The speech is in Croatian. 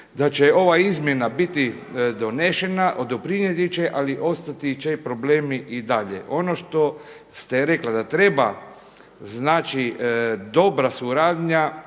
da će ova izmjena biti donešena, doprinijeti će ali ostati će problemi i dalje. Ono što ste rekla da treba dobra suradnja